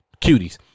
cuties